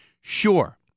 Sure